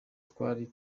twari